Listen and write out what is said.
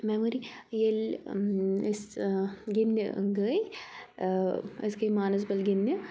memory ییٚلہِ أسۍ گِنٛدنہِ گٔے أسۍ گٔے مانَسبَل گِنٛدنہِ